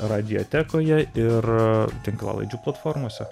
radiotekoje ir tinklalaidžių platformose